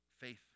faith